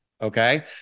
Okay